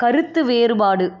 கருத்து வேறுபாடு